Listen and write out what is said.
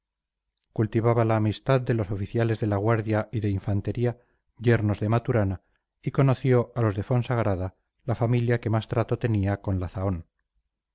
cultivaba la amistad de los oficiales de la guardia y de infantería yernos de maturana y conoció a los de fonsagrada la familia que más trato tenía con la zahón